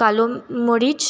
কালো মরিচ